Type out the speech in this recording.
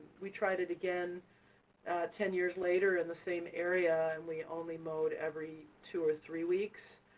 we tried it again ten years later in the same area, and we only mowed every two or three weeks.